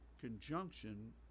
conjunction